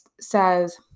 says